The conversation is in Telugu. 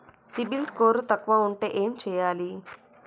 సిబిల్ స్కోరు తక్కువ ఉంటే ఏం చేయాలి?